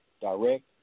direct